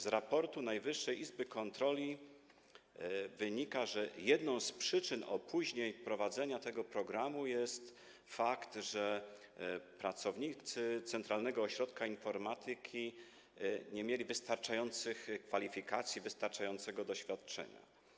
Z raportu Najwyższej Izby Kontroli wynika, że jedną z przyczyn opóźnień wprowadzenia tego programu jest fakt, że pracownicy Centralnego Ośrodka Informatyki nie mieli wystarczających kwalifikacji, wystarczającego doświadczenia.